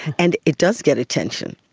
and it does get attention.